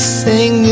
sing